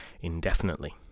indefinitely